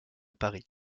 paris